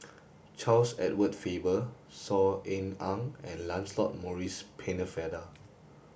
Charles Edward Faber Saw Ean Ang and Lancelot Maurice Pennefather